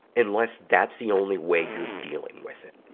unless that's the only way you're dealing with it.